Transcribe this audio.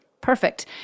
Perfect